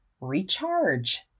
recharge